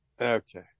Okay